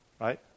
Right